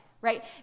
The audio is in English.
right